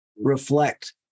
reflect